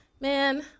man